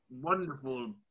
wonderful